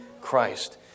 Christ